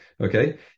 Okay